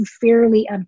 fairly